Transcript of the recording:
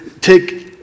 take